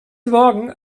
morgen